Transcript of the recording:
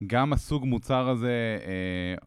גם הסוג מוצר הזה